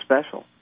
special